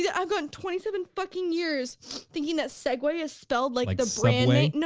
yeah i've gone twenty seven fucking years thinking that segue is spelled like the brand name.